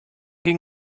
ging